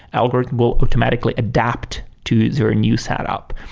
algorithm will automatically adapt to their new setup,